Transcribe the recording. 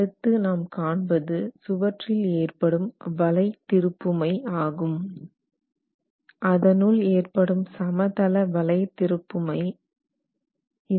அடுத்து நாம் காண்பது சுவற்றில் ஏற்படும் வளை திருப்புமை ஆகும் அதனுள் ஏற்படும் சமதள வளை திருப்புமை ஆகும்